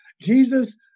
Jesus